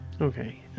Okay